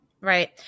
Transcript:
Right